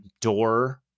door